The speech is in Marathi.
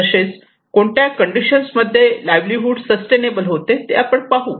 तसेच कोणत्या कंडिशन्स मध्ये लाईव्हलीहूड सस्टेनेबल होते ते आपण पाहू